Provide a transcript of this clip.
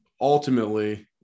ultimately